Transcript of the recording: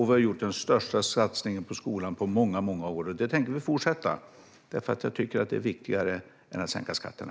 Vi har gjort den största satsningen på skolan på många, många år, och det tänker vi fortsätta med, för jag tycker att det är viktigare än att sänka skatterna.